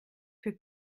für